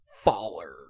faller